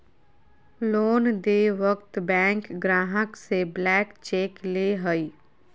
loan देय वक्त bank ग्राहक से ब्लैंक चेक ले हइ